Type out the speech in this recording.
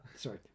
Sorry